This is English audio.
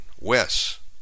Wes